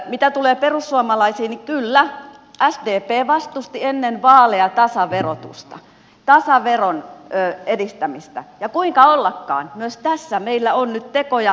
mitä tulee perussuomalaisiin niin kyllä sdp vastusti ennen vaaleja tasaverotusta tasaveron edistämistä ja kuinka ollakaan myös tässä meillä on nyt tekoja